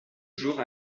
jours